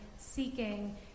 seeking